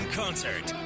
concert